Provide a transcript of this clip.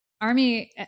ARMY